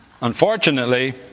Unfortunately